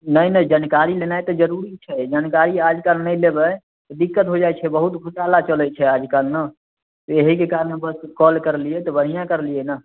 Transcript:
नहि नहि जनकारी नेनाइ तऽ जरूरी छै जानकारी आजकल नहि लेबै तऽ दिक्कत हो जाइत छै बहुत घोटाला चलैत छै आजकल नऽ एहिके कारण बस कॉल करलीयै तऽ बढ़िआँ करलियै ने